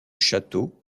château